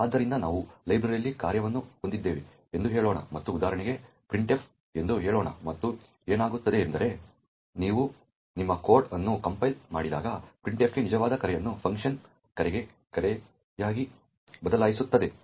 ಆದ್ದರಿಂದ ನಾವು ಲೈಬ್ರರಿಯಲ್ಲಿ ಕಾರ್ಯವನ್ನು ಹೊಂದಿದ್ದೇವೆ ಎಂದು ಹೇಳೋಣ ಮತ್ತು ಉದಾಹರಣೆಗೆ printf ಎಂದು ಹೇಳೋಣ ಮತ್ತು ಏನಾಗುತ್ತದೆ ಎಂದರೆ ನೀವು ನಿಮ್ಮ ಕೋಡ್ ಅನ್ನು ಕಂಪೈಲ್ ಮಾಡಿದಾಗ printf ಗೆ ನಿಜವಾದ ಕರೆಯನ್ನು ಫಂಕ್ಷನ್ ಕರೆಗೆ ಕರೆಯಾಗಿ ಬದಲಾಯಿಸಲಾಗುತ್ತದೆ